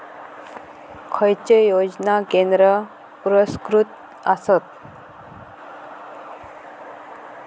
खैचे योजना केंद्र पुरस्कृत आसत?